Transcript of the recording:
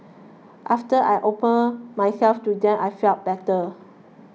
after I opened myself to them I felt better